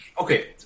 Okay